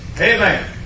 Amen